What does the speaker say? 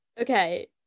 Okay